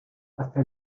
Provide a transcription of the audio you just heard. hasta